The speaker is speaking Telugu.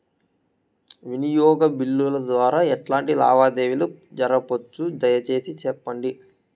వినియోగ బిల్లుల ద్వారా ఎట్లాంటి లావాదేవీలు జరపొచ్చు, దయసేసి సెప్పండి?